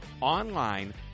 online